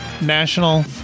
National